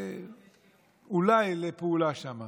אולי לפעולה שם.